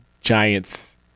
Giants